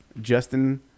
Justin